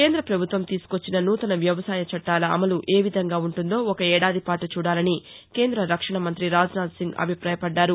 కేంద్ర ప్రభుత్వం తీసుకాచ్చిన నూతన వ్యవసాయచట్టాల అమలు ఏవిధంగా ఉంటుందో ఒక ఏడాది పాటు చూడాలని కేంద్ర రక్షణ మంతి రాజ్నాథ్ సింగ్ అభిపాయపడ్దారు